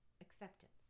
acceptance